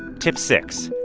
tip six,